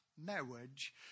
marriage